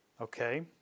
Okay